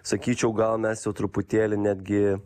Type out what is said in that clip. sakyčiau gal mes jau truputėlį netgi